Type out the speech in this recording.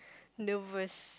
nervous